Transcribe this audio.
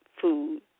food